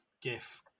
gif